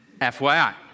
FYI